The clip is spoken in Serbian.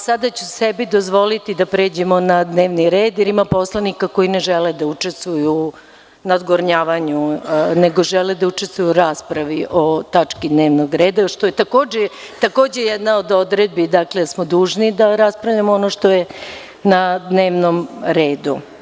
Sada ću sebi dozvoliti da pređemo na dnevni red, jer ima poslanika koji ne žele da učestvuju u nadgovornjavanju, nego žele da učestvuju u raspravi o tački dnevnog reda, što je takođe jedna od odredbi, dakle da smo dužni da raspravljamo o onome što je na dnevnom redu.